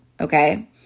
okay